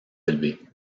élevés